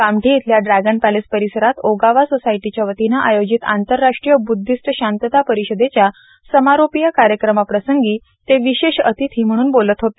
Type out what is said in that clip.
कामठी येथील dragon palace परिसरात Ogawa सोसायटीच्या वतीने आयोजित आंतरराष्ट्रीय बुद्धिस्ट शांतता परिषदेच्या समारोपीय कार्यक्रमाप्रसंगी ते विशेष अतिथी म्हण्णून बोलत होते